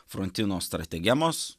frontino strategemos